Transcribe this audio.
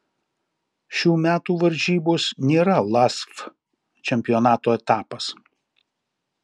šių metų varžybos nėra lasf čempionato etapas